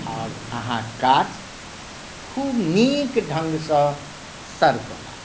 आओर अहाँ काज खुब नीक ढ़ंगसँ सरकऽ लागत